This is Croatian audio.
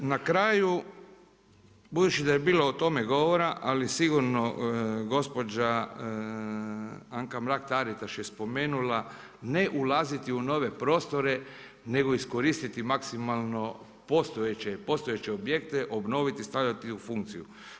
Na kraju budući da je bilo o tome govora, ali sigurno gospođa Anka Mrak-Taritaš je spomenula ne ulaziti u nove prostore nego iskoristiti maksimalno postojeće objekte, obnoviti, stavljati u funkciju.